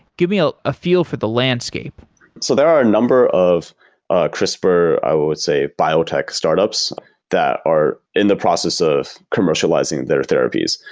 give me ah a feel for the landscape so there are a number of crispr, i would say biotech startups that are in the process of commercializing their therapies.